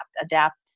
adapt